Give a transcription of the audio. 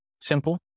Simple